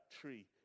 tree